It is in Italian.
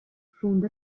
fonda